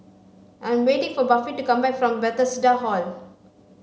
I am waiting for Buffy to come back from Bethesda Hall